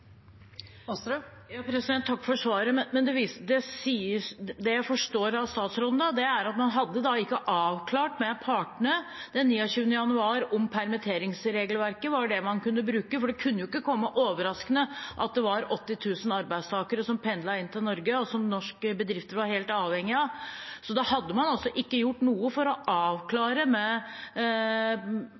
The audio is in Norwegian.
Takk for svaret. Det jeg forstår av statsråden da, er at man ikke hadde avklart med partene den 29. januar om permitteringsregelverket var det man kunne bruke. For det kunne ikke komme overraskende at det var 80 000 arbeidstakere som pendlet inn til Norge, og som norske bedrifter var helt avhengige av. Da hadde man altså ikke gjort noe for å avklare med